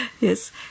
Yes